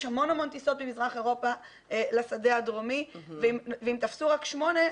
יש המון טיסות ממזרח אירופה לשדה הדרומי ואם תפסו רק שמונה,